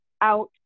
out